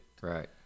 Right